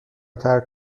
ترک